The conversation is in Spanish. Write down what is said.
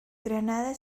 granada